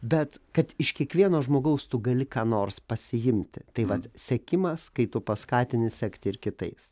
bet kad iš kiekvieno žmogaus tu gali ką nors pasiimti tai vat sekimas kai tu paskatini sekti ir kitais